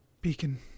Beacon